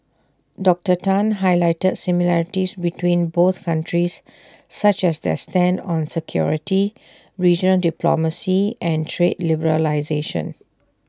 Doctor Tan highlighted similarities between both countries such as their stand on security regional diplomacy and trade liberalisation